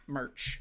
merch